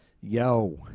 Yo